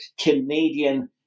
Canadian